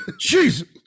Jesus